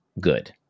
good